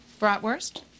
Bratwurst